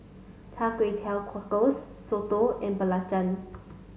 Cha Kway Teow Cockles Soto and Belacan